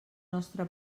nostre